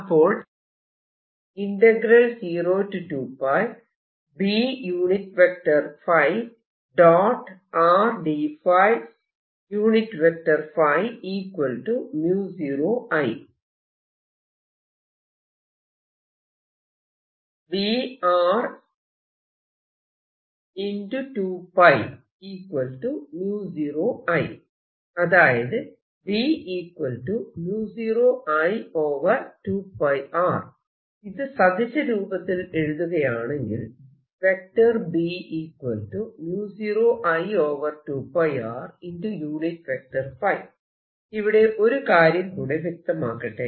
അപ്പോൾ അതായത് ഇത് സദിശരൂപത്തിൽ എഴുതുകയാണെങ്കിൽ ഇവിടെ ഒരു കാര്യം കൂടെ വ്യക്തമാക്കട്ടെ